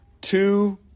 two